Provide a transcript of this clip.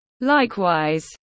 Likewise